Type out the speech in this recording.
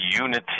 unity